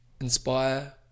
inspire